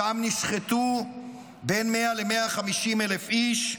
ששם נשחטו בין 100,000 ל-150,000 איש,